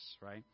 right